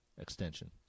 extension